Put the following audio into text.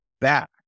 back